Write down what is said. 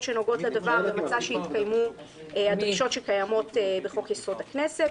שנוגעות לדבר ומצאה שהתקיימו הדרישות שקיימות בחוק-יסוד: הכנסת.